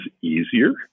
easier